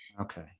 Okay